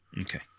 okay